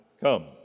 come